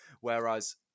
Whereas